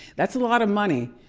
that's a lot of money.